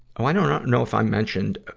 i don't know if i mentioned,